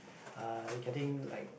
uh getting like